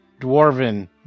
dwarven